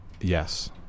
yes